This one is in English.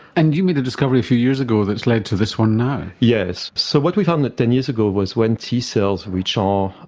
and you made a discovery a few years ago that's led to this one now? yes, so what we found ten years ago was when t cells which are,